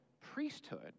priesthood